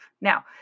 Now